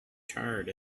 charred